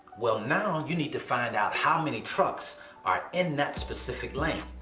well, now you need to find out how many trucks are in that specific lane.